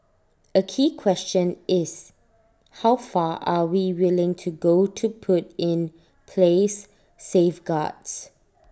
A key question is how far are we willing to go to put in place safeguards